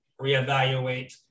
reevaluate